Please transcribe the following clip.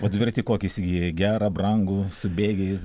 o dviratį kokį įsigijai gerą brangų su bėgiais